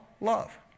Love